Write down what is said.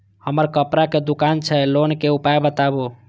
हमर कपड़ा के दुकान छै लोन के उपाय बताबू?